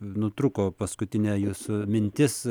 nutrūko paskutinė jūsų mintis